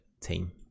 team